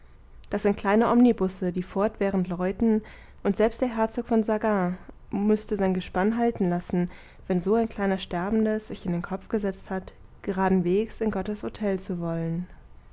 das sind kleine omnibusse die fortwährend läuten und selbst der herzog von sagan müßte sein gespann halten lassen wenn so ein kleiner sterbender es sich in den kopf gesetzt hat geradenwegs in gottes htel zu wollen